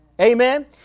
Amen